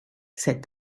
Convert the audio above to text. said